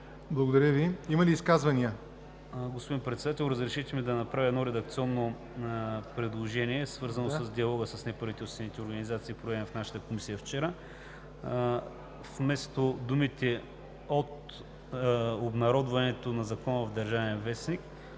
Благодаря Ви. Има ли изказвания? ДОКЛАДЧИК ИСКРЕН ВЕСЕЛИНОВ: Господин Председател, разрешете ми да направя редакционно предложение, свързано с диалога с неправителствените организации, проведен в нашата комисия вчера – вместо думите „от обнародването на закона в „Държавен вестник“,